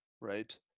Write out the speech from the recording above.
right